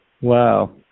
Wow